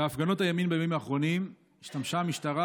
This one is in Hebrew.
בהפגנות הימין בימים האחרונים השתמשה המשטרה